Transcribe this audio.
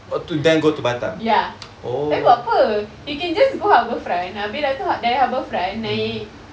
or to danga bay ya they've got pool you can just go out of the fray a bit I thought they are both right ni